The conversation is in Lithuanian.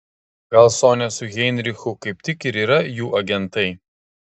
gal sonia su heinrichu kaip tik ir yra jų agentai